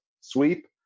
sweep